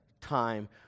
time